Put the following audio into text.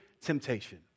temptation